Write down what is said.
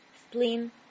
spleen